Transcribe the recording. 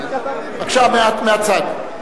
בבקשה, מהצד.